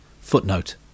Footnote